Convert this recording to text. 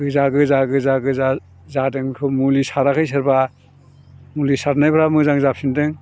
गोजा गोजा गोजा गोजा जादों बेखौ मुलि साराखै सोरबा मुलि सारनायफ्रा मोजां जाफिनदों